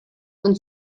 und